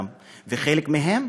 וחלק מהם,